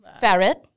Ferret